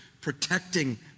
protecting